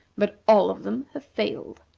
but all of them have failed.